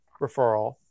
referral